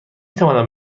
توانم